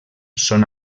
són